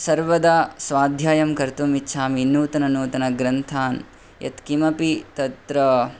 सर्वदा स्वाध्यायं कर्तुम् इच्छामि नूतन नूतन ग्रन्थान् यत् किमपि तत्र